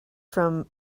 from